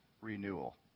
renewal